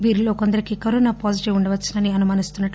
వీరిలో కొందరికి corona positive ఉండవచ్చునని అని అనుమానిస్తున్నారు